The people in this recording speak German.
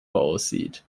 aussieht